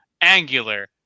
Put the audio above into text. angular